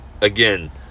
again